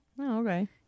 okay